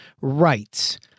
rights